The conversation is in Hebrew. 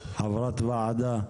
חברת ועדה.